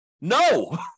No